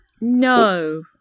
No